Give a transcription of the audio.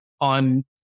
on